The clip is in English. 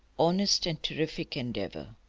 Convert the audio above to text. honest and terrific endeavour.